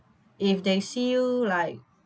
if they see you like